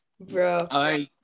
bro